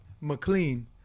McLean